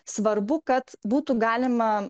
svarbu kad būtų galima